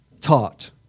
taught